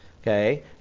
Okay